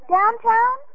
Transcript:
Downtown